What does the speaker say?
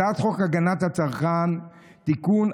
הצעת חוק הגנת הצרכן (תיקון,